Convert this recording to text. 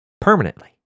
permanently